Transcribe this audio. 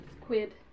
squid